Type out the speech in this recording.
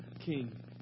king